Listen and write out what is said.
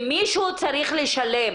אם מישהו צריך לשלם